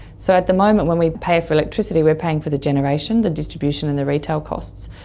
so at the moment when we pay for electricity we are paying for the generation, the distribution and the retail costs.